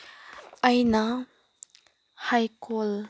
ꯑꯩꯅ ꯍꯩꯀꯣꯜ